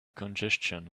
congestion